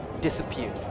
disappeared